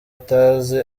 atazi